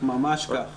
ממש כך.